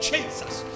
Jesus